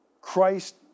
Christ